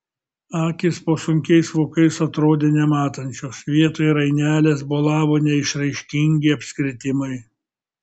akys po sunkiais vokais atrodė nematančios vietoj rainelės bolavo neišraiškingi apskritimai